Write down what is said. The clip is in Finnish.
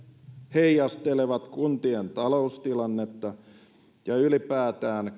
heijastelevat kuntien taloustilannetta ja ylipäätään